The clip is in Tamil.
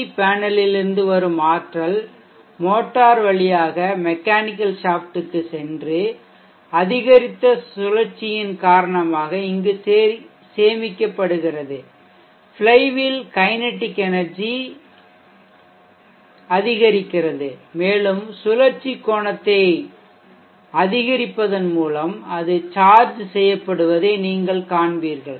வி பேனலில் இருந்து வரும் ஆற்றல் மோட்டார் வழியாக மெக்கானிக்கல் ஷாஃப்ட்க்கு சென்று அதிகரித்த சுழற்சியின் காரணமாக இங்கு சேமிக்கப்டுகிறது ஃப்ளைவீல் கைனெடிக் எனெர்ஜி அதிகரிக்கிறது மேலும் கோண ழற்சி வேகத்தை அதிகரிப்பதன் மூலம் அது சார்ஜ் செய்யப்படுவதை நீங்கள் காண்பீர்கள்